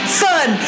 fun